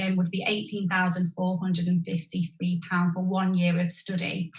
and would be eighteen thousand four hundred and fifty three pound for one year of study.